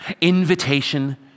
Invitation